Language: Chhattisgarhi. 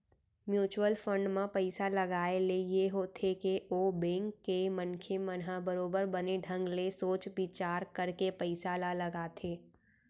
म्युचुअल फंड म पइसा लगाए ले ये होथे के ओ बेंक के मनखे मन ह बरोबर बने ढंग ले सोच बिचार करके पइसा ल लगाथे